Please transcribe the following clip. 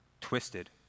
twisted